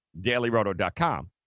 DailyRoto.com